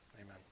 Amen